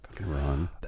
ron